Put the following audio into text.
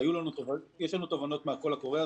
יש לנו תובנות מהקול הקורא,